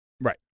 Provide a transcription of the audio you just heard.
right